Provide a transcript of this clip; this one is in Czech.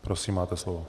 Prosím, máte slovo.